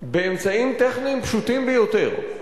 באמצעים טכניים פשוטים ביותר,